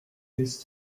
used